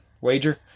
Wager